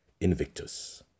Invictus